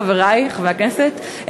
חברי חברי הכנסת,